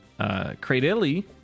Cradilli